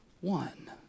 one